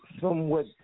somewhat